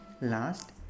Last